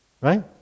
Right